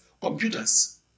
computers